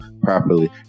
properly